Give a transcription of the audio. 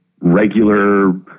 regular